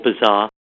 bizarre